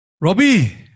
Robbie